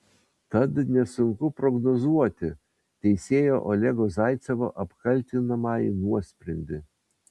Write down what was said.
tad nesunku prognozuoti teisėjo olego zaicevo apkaltinamąjį nuosprendį